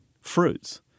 fruits